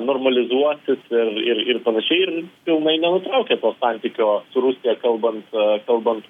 normalizuosis ir ir ir panašiai ir pilnai nenutraukia to santykio su rusija kalbant kalbant